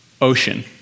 ocean